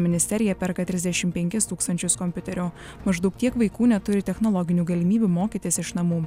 ministerija perka trisdešimt penkis tūkstančius kompiuterių maždaug tiek vaikų neturi technologinių galimybių mokytis iš namų